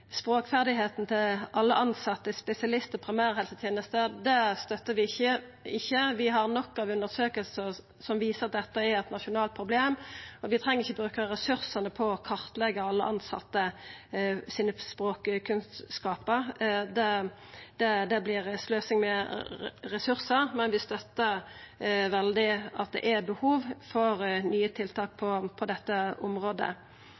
til alle tilsette i spesialist- og primærhelsetenesta, støttar vi ikkje. Vi har nok av undersøkingar som viser at dette er eit nasjonalt problem, og vi treng ikkje å bruka ressursane på å kartleggja språkkunnskapane til alle tilsette, det vert sløsing med ressursar, men vi støttar veldig at det er behov for nye tiltak på dette området.